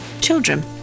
children